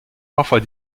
parfois